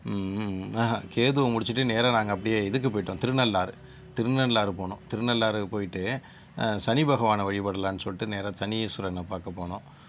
ஆஹும் கேதுவை முடிச்சுட்டு நேராக நாங்கள் அப்படியே இதுக்கு போய்ட்டோம் திருநள்ளாறு திருநள்ளாறு போனோம் திருநள்ளாறு போய்ட்டு சனி பகவானை வழிபடலாம்ன்னு சொல்லிட்டு நேராக சனீஸ்வரனை பார்க்கப் போனோம்